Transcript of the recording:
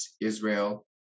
Israel